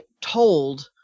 told